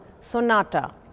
Sonata